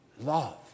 love